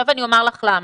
אני אומר לך למה.